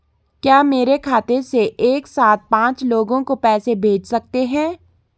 क्या मेरे खाते से एक साथ पांच लोगों को पैसे भेजे जा सकते हैं?